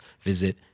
visit